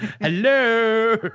hello